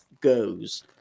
goes